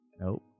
Nope